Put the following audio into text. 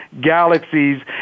galaxies